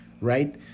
right